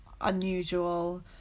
unusual